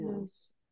yes